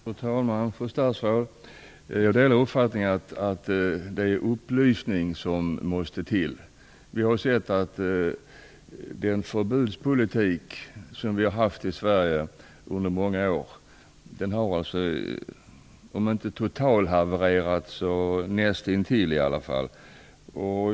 Fru talman! Fru statsråd! Jag delar uppfattningen att det är upplysning som måste till. Vi har sett att den förbudspolitik som vi har haft i Sverige under många år har om inte totalhavererat så nästintill i alla fall.